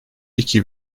iki